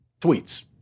tweets